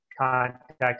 contact